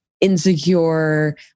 insecure